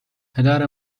پدر